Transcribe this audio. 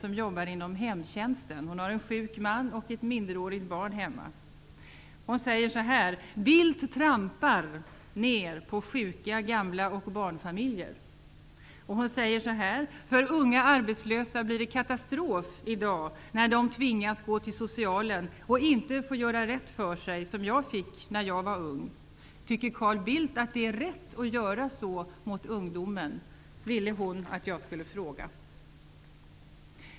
Hon jobbar inom hemtjänsten och har en sjuk man och ett minderårigt barn hemma. Den här kvinnan säger: Bildt trampar ner på sjuka, gamla och barnfamiljer. För unga arbetslösa blir det katastrof i dag när de tvingas gå till Socialen och inte får göra rätt för sig, som jag fick när jag var ung. Tycker Carl Bildt att det är rätt att göra så mot ungdomen?